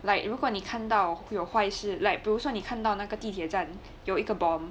like 如果你看到有坏事 like 比如说你看到那个地铁站有一个 bomb